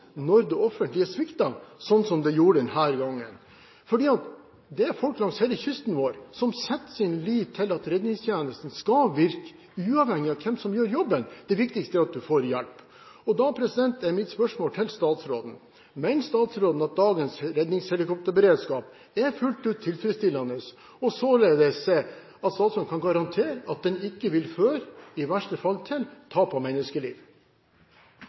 når det offentlige svikter, som det gjorde denne gangen. Folk langs hele kysten vår setter sin lit til at redningstjenesten skal virke, uavhengig av hvem som gjør jobben. Det viktigste er at man får hjelp. Da er mitt spørsmål til statsråden: Mener statsråden at dagens redningshelikopterberedskap er fullt ut tilfredsstillende, og kan statsråden således garantere at den ikke vil føre til, i verste fall, tap av menneskeliv?